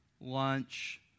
lunch